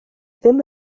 ddim